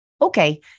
okay